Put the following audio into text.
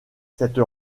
cette